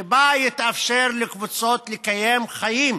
שבה יתאפשר לקבוצות לקיים חיים